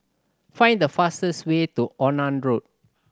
find the fastest way to Onan Road